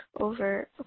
over